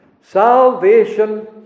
Salvation